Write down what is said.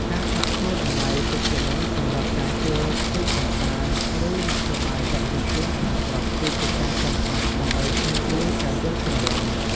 ការសាកសួរតម្លៃទុកជាមុនសម្រាប់ការជួលទូកកម្សាន្ត ឬមធ្យោបាយដឹកជញ្ជូនក្នុងស្រុក គឺជាការចាំបាច់ដើម្បីជៀសវាងការយល់ច្រឡំ។